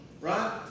right